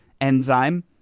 enzyme